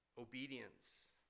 Obedience